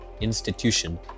institution